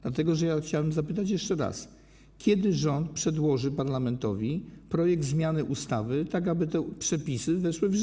Dlatego ja chciałem zapytać jeszcze raz: Kiedy rząd przedłoży parlamentowi projekt zmiany ustawy, tak aby te przepisy weszły w życie.